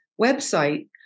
website